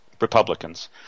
republicans